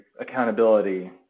accountability